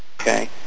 okay